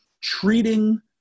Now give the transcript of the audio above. treating